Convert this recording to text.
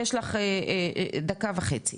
יש לך דקה וחצי.